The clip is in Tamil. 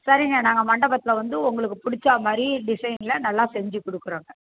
சரிங்க நாங்கள் மண்டபத்தில் வந்து உங்களுக்கு பிடிச்சா மாதிரி டிசைனில் நல்லா செஞ்சுக் கொடுக்கறோங்க